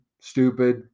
stupid